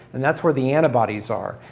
and that's where the antibodies are,